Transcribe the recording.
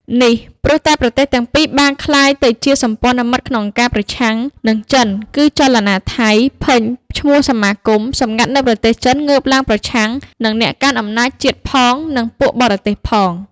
នេះព្រោះតែ ប្រទេសទាំងពីរបានក្លាយទៅសម្ព័ន្ធមិត្តក្នុងការប្រឆាំងនឹង ចិនគឺចលនាថៃ ភិញឈ្មោះសមាគម សម្ងាត់នៅប្រទេសចិនងើបឡើងប្រឆាំងនឹងអ្នកកាន់អំណាចជាតិផង និងពួកបរទេសផង។